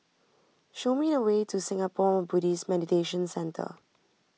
show me the way to Singapore Buddhist Meditation Centre